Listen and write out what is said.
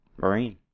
Marine